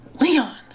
Leon